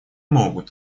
могут